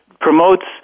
promotes